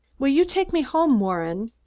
will you take me home, warren?